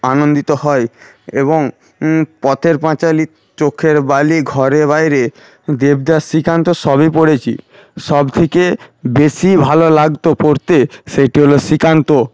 আনন্দিত হয় এবং পথের পাঁচালি চোখের বালি ঘরে বাইরে দেবদাস শ্রীকান্ত সবই পড়েছি সব থেকে বেশি ভালো লাগতো পড়তে সেটি হল শ্রীকান্ত